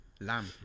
Lamb